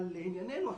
אבל לענייננו,